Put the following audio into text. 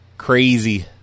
Crazy